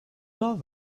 love